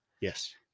Yes